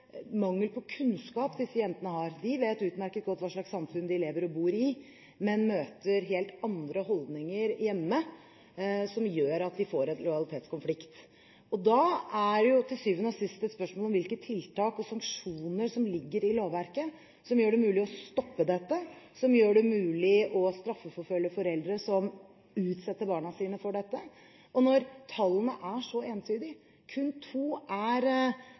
mangel på kunnskap hos disse jentene, de vet utmerket godt hva slags samfunn de lever og bor i, men de møter helt andre holdninger hjemme som gjør at de kommer i en lojalitetskonflikt. Da er det til syvende og sist et spørsmål om hvilke tiltak og sanksjoner som ligger i lovverket, som gjør det mulig å stoppe dette, og som gjør det mulig å straffeforfølge foreldre som utsetter barna sine for dette. Når tallene er så entydige – kun to er